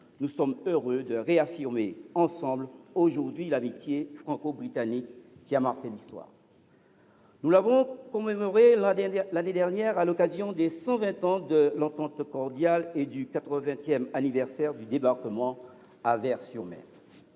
nous sommes heureux de réaffirmer ensemble, aujourd’hui, l’amitié franco britannique, qui a marqué l’histoire. Nous l’avons célébrée l’année dernière, à l’occasion des 120 ans de l’Entente cordiale et du 80 anniversaire du débarquement à Ver sur Mer.